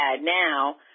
now